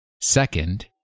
Second